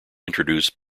introduced